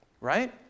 Right